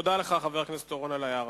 תודה לך, חבר הכנסת אורון, על ההערה.